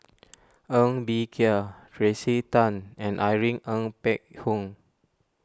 Ng Bee Kia Tracey Tan and Irene Ng Phek Hoong